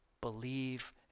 believe